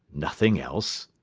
nothing else?